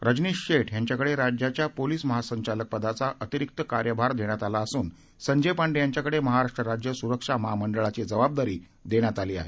रजनीश शेठ यांच्या कडे राज्याच्या पोलीस महासंचालक पदाचा अतिरिक्त कार्यभार देण्यात आलं असून संजय पांडे यांच्याकडे महाराष्ट्र राज्य सुरक्षा महामंडळाची जवाबदारी देण्यात आली आहे